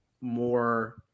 more